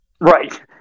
Right